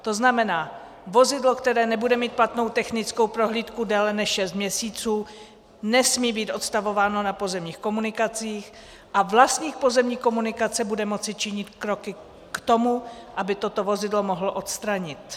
To znamená, vozidlo, které nebude mít platnou technickou prohlídku déle než šest měsíců, nesmí být odstavováno na pozemních komunikací a vlastník pozemních komunikací bude moci činit kroky k tomu, aby toto vozidlo mohl odstranit.